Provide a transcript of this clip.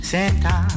Santa